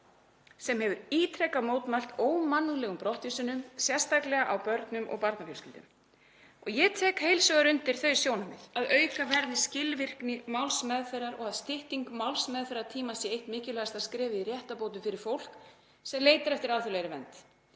sem hefur ítrekað mótmælt ómannúðlegum brottvísunum, sérstaklega á börnum og barnafjölskyldum. Ég tek heils hugar undir þau sjónarmið að auka verði skilvirkni málsmeðferðar og að stytting málsmeðferðartíma sé eitt mikilvægasta skrefið í réttarbótum fyrir fólk sem leitar eftir alþjóðlegri vernd.